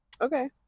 Okay